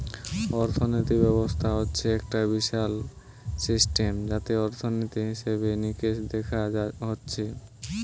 অর্থিনীতি ব্যবস্থা হচ্ছে একটা বিশাল সিস্টেম যাতে অর্থনীতি, হিসেবে নিকেশ দেখা হচ্ছে